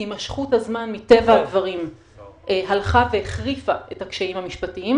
הימשכות הזמן מטבע הדברים הלכה והחריפה את הקשיים המשפטיים,